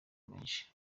menshi